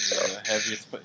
heaviest